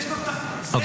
יש פה --- זה לא החוק.